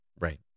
right